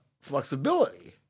flexibility